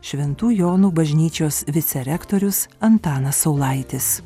šventų jonų bažnyčios vicerektorius antanas saulaitis